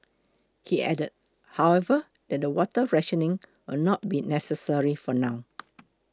he added however that water rationing will not be necessary for now